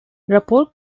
rapor